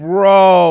Bro